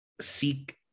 seek